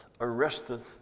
arrested